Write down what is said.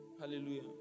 Hallelujah